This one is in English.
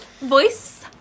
voice